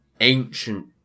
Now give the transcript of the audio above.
ancient